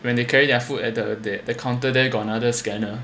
when they carry their food at the counter there got other scanner